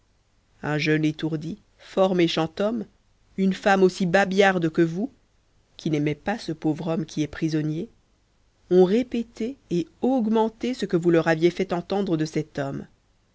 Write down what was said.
un jeune étourdi fort méchant homme une femme aussi babillarde que vous qui n'aimait pas ce pauvre homme qui est prisonnier ont répété et augmenté ce que vous leur aviez fait entendre de cet homme